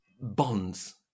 bonds